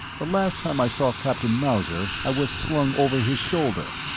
the last time i saw captain mauser i was slung over his shoulder.